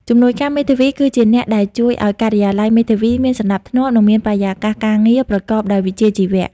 ជំនួយការមេធាវីគឺជាអ្នកដែលជួយឱ្យការិយាល័យមេធាវីមានសណ្តាប់ធ្នាប់ និងមានបរិយាកាសការងារប្រកបដោយវិជ្ជាជីវៈ។